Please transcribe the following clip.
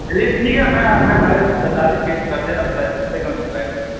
چلیے ٹھیک ہے میں میں ساڑے چھ ساڑے چھ سو کر دے رہا ہوں بس اس سے کم نہیں ہو پائے گا بھائی